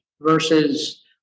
versus